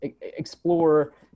explore